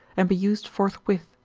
and be used forthwith,